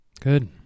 Good